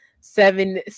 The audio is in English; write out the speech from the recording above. seven